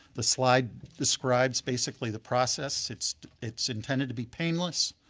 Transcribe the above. the slide describes basically the process. it's it's intended to be painless.